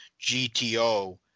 GTO